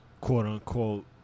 quote-unquote